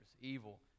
evil